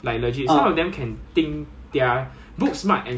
they don't know what to do and then our company will kena punished because of that